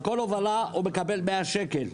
על כל הובלה הוא מקבל 100 שקל.